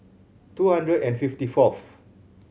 two hundred and fifty fourth